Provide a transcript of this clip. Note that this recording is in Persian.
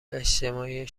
اجتماعی